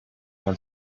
man